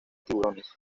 tiburones